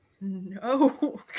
No